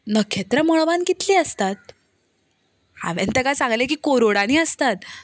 नखेत्रां मळबांत कितलीं आसतात हांवें ताका सांगलें की करोडांनी आसतात